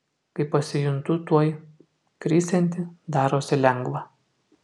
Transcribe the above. kai pasijuntu tuoj krisianti darosi lengva